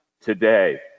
today